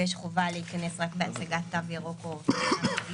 ויש חובה להיכנס רק בהצגת תו ירוק או --- ללא